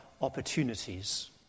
opportunities